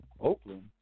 Oakland